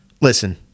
Listen